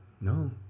No